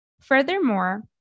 Furthermore